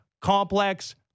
Complex